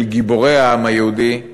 של גיבורי העם היהודי,